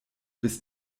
bis